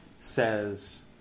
says